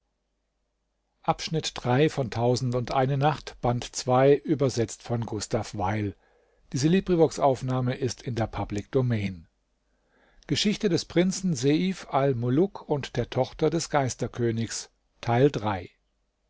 geschichte des prinzen